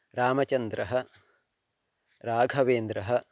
रामचन्द्रः राघवेन्द्रः